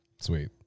Sweet